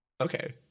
Okay